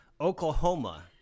Oklahoma